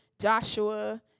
Joshua